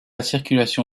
circulation